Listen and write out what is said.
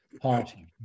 party